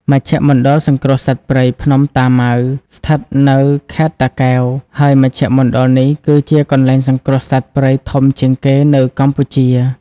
មជ្ឈមណ្ឌលសង្គ្រោះសត្វព្រៃភ្នំតាម៉ៅ ស្ថិតនៅខេត្តតាកែវ ហើយមជ្ឈមណ្ឌលនេះគឺជាកន្លែងសង្គ្រោះសត្វព្រៃធំជាងគេនៅកម្ពុជា។